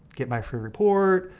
get my free report,